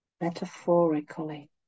metaphorically